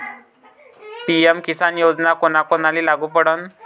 PM Kisan योजना कोना कोनाले लागू पडन?